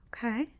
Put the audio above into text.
Okay